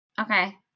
Okay